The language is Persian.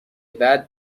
بعد